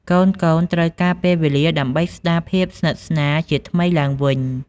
កូនៗត្រូវការពេលវេលា ដើម្បីស្ដារភាពជិតស្និទ្ធជាថ្មីឡើងវិញ។